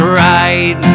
right